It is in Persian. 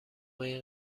این